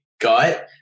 got